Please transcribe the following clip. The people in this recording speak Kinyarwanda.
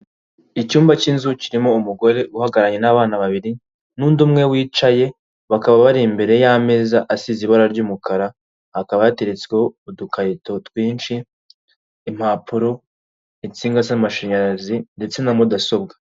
Icyumba cy'inzu kirimo umugore uhagararanye n'abana babiri n'undi umwe wicaye, bakaba bari imbere y'ameza asize ibara ry'umukara; hakaba hatereretsweho: udukarito twinshi, impapuro, insinga z'amashanyarazi ndetse na mudasobwa.